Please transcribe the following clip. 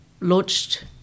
launched